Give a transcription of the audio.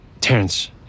terrence